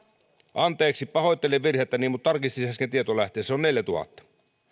anteeksi pahoittelen virhettäni mutta tarkistin sen äsken tietolähteestä se on neljätuhatta